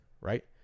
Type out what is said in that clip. Right